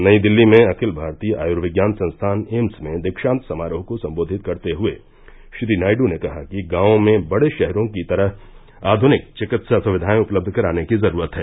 नई दिल्ली में अखिल भारतीय आयूर्विज्ञान संस्थान एम्स में दीक्षांत समारोह को संबोधित करते हए श्री नायू ने कहा कि गांवों में बढ़े शहरों की तरह आध्निक चिकित्सा सुविधाए उपलब्ध कराने की जरूरत है